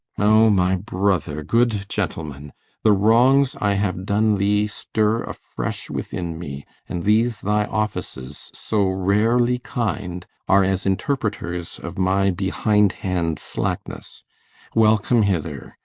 o my brother good gentleman the wrongs i have done thee stir afresh within me and these thy offices, so rarely kind, are as interpreters of my behind-hand slackness welcome hither,